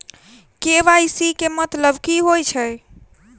KYC केँ मतलब की होइ छै?